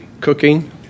Cooking